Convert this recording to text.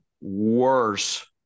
worse